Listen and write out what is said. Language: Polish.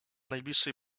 najbliższej